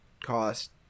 cost